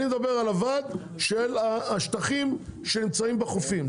אני מדבר על הוועד של השטחים שנמצאים בחופים,